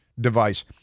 device